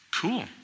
Cool